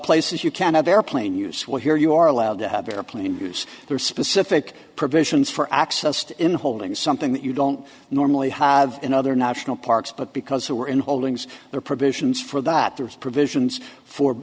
places you can have airplane use while here you are allowed to have their plane use their specific provisions for access to in holding something that you don't normally have in other national parks but because they were in holdings there are provisions for that there's provisions for